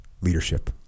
leadership